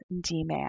demand